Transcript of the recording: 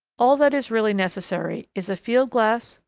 all that is really necessary is a field glass,